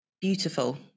beautiful